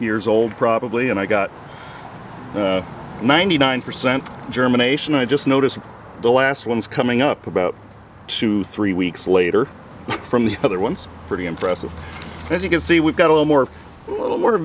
years old probably and i got ninety nine percent germination i just noticed the last one is coming up about two or three weeks later from the other one's pretty impressive as you can see we've got a little more